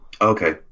okay